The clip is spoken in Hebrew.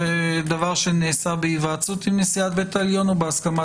זה דבר שנעשה בהיוועצות עם נשיאת בית המשפט העליון או בהסכמתה?